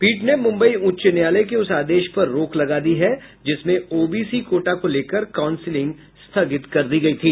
पीठ ने मुम्बई उच्च न्यायालय के उस आदेश पर रोक लगा दी है जिसमें ओबीसी कोटा को लेकर काउंसिलिंग स्थगित कर दी गयी थी